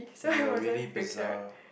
you are really bizzare